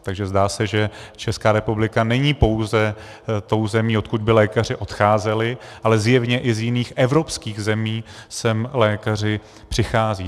Takže zdá se, že Česká republika není pouze tou zemí, odkud by lékaři odcházeli, ale zjevně i z jiných evropských zemí sem lékaři přicházejí.